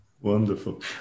Wonderful